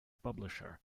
publisher